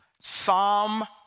Psalm